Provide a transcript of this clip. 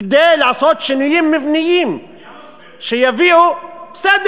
כדי לעשות שינויים מבניים שיביאו, היה משבר.